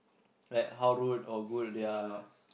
like how rude or good their